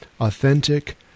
authentic